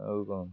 ଆଉ କ'ଣ